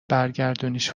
برگردونیش